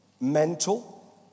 mental